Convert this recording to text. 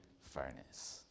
furnace